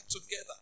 together